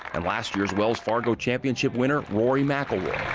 and last year's wells fargo championship winner rory mcelroy.